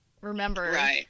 remember